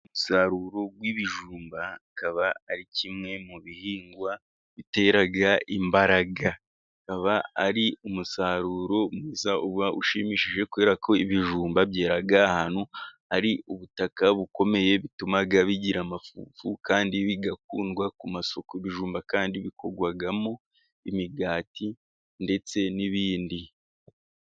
Umusaruro w'ibijumba ukaba ari kimwe mu bihingwa bitera imbaraga akaba ari umusaruro mwiza uba ushimishije. Kubera ko ibijumba byera ahantu hari ubutaka bukomeye ,bituma bigira amafufu kandi bigakundwa ku masoko .Ibijumba kandi bikorwamo imigati ndetse n'ibindi